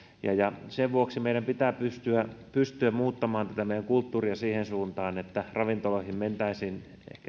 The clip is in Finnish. sen vuoksi meidän pitää pystyä pystyä muuttamaan tätä meidän kulttuuria siihen suuntaan että ravintoloihin mentäisiin ehkä